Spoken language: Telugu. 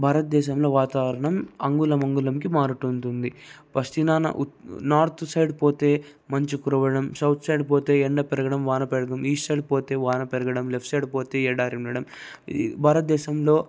భారత దేశంలో వాతావరణం అంగుళం అంగుళంకి మారుతుంటుంది పశ్చిమాన నార్త్ సైడ్ పోతే మంచు కురవడం సౌత్ సైడ్ పోతే ఎండ పెరగడం వాన పెరగడం ఈస్ట్ సైడ్ పోతే వాన పెరగడం లెఫ్ట్ సైడ్ పోతే ఎడారి ఉండడం భారత దేశంలో